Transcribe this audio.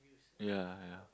ya ya